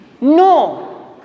No